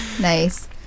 nice